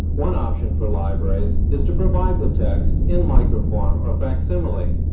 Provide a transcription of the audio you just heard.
one option for libraries is to provide the text in microform or facsimile.